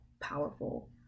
powerful